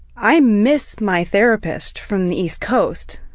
i miss my therapist from the east coast,